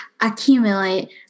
accumulate